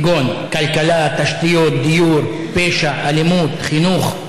כגון כלכלה, תשתיות, דיור, פשע, אלימות, חינוך,